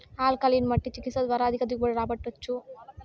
alkaline మట్టి చికిత్స ద్వారా అధిక దిగుబడి రాబట్టొచ్చా